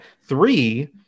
Three